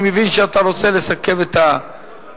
אני מבין שאתה רוצה לסכם את הדיון.